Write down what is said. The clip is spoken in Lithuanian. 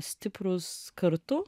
stiprūs kartu